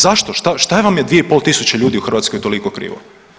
Zašto šta vam je 2.500 ljudi u Hrvatskoj toliko krivo?